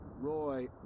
Roy